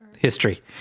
History